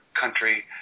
country